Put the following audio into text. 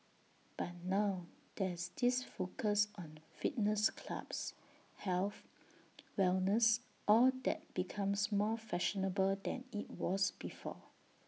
but now there's this focus on fitness clubs health wellness all that becomes more fashionable than IT was before